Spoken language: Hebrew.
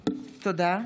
תודה.